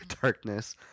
Darkness